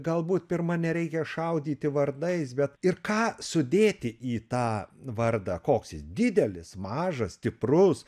galbūt pirma nereikia šaudyti vardais bet ir ką sudėti į tą vardą koks jis didelis mažas stiprus